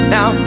Now